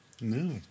No